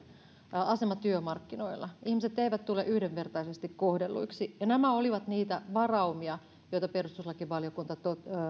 asema työmarkkinoilla ihmiset eivät tule yhdenvertaisesti kohdelluiksi nämä olivat niitä varaumia joita perustuslakivaliokunta